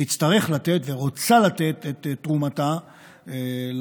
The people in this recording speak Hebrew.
תצטרך לתת ורוצה לתת את תרומתה למשרתים,